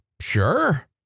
Sure